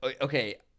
okay